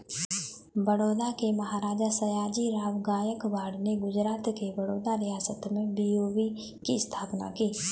बड़ौदा के महाराजा, सयाजीराव गायकवाड़ ने गुजरात के बड़ौदा रियासत में बी.ओ.बी की स्थापना की